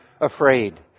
afraid